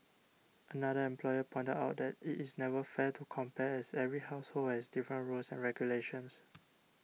another employer pointed out that it is never fair to compare as every household has different rules and regulations